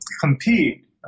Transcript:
compete